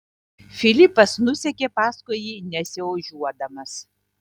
filipas nusekė paskui jį nesiožiuodamas